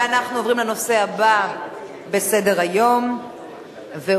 אנחנו עוברים לנושא הבא בסדר-היום והוא: